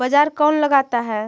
बाजार कौन लगाता है?